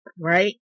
Right